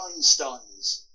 Einsteins